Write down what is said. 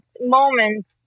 moments